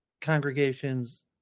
congregations